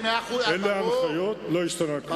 אלה ההנחיות, לא השתנה כלום.